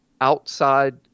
outside